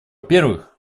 первых